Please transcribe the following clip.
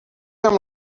amb